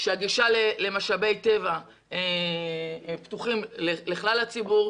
שהגישה למשאבי טבע פתוחה לכלל הציבור.